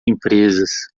empresas